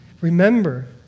remember